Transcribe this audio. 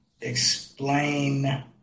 explain